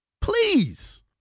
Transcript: Please